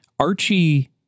Archie